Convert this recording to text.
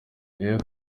iyo